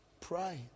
Pray